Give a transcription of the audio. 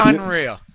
unreal